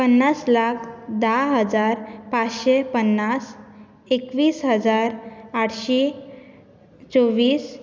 पन्नास लाख धा हजार पांचशें पन्नास एकवीस हजार आठशी चोवीस